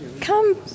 Come